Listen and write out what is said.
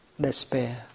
despair